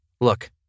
Look